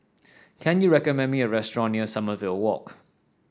can you recommend me a restaurant near Sommerville Walk